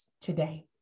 today